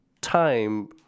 time